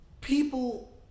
people